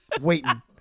waiting